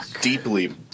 deeply